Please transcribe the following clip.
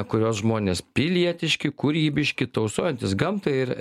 kurios žmonės pilietiški kūrybiški tausojantys gamtą ir